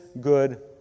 good